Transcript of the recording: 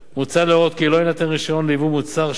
מוצע להורות כי לא יינתן רשיון לייבוא מוצר שאינו